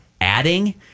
adding